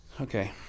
Okay